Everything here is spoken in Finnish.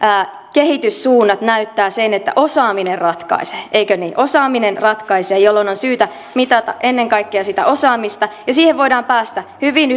kehityssuunnat näyttävät sen että osaaminen ratkaisee eikö niin osaaminen ratkaisee jolloin on syytä mitata ennen kaikkea sitä osaamista ja siihen voidaan päästä hyvin